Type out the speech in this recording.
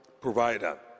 provider